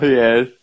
yes